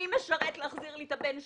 מי משרת להחזיר לי את הבן שלי?